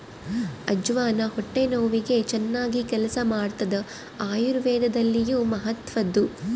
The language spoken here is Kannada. ಅಜ್ವಾನ ಹೊಟ್ಟೆ ನೋವಿಗೆ ಚನ್ನಾಗಿ ಕೆಲಸ ಮಾಡ್ತಾದ ಆಯುರ್ವೇದದಲ್ಲಿಯೂ ಮಹತ್ವದ್ದು